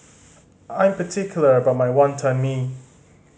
I'm particular about my Wonton Mee